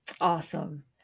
Awesome